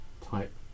type